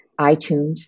iTunes